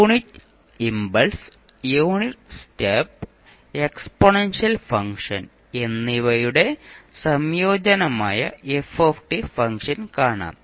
unit impulse unit step exponential function എന്നിവയുടെ സംയോജനമായ f function കാണാം